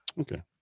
Okay